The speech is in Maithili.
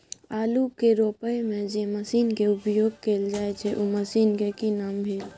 आलू के रोपय में जे मसीन के उपयोग कैल जाय छै उ मसीन के की नाम भेल?